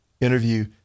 interview